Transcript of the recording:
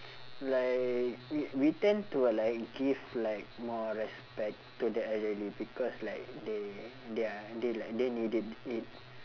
like we we tend to like give like more respect to the elderly because like they they're they like they needed it